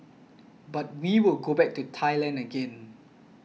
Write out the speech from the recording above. but we will go back to Thailand again